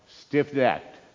Stiff-necked